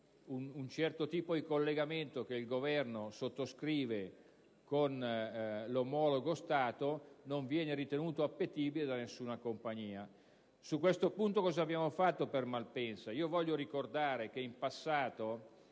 un certo tipo di collegamento che il Governo sottoscrive con l'omologo Stato non venga ritenuto appetibile da nessuna compagnia. Su questo punto, cosa abbiamo fatto per Malpensa?